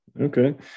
Okay